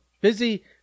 busy